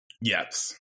Yes